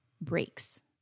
breaks